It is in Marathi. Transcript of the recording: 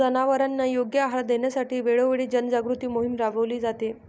जनावरांना योग्य आहार देण्यासाठी वेळोवेळी जनजागृती मोहीम राबविली जाते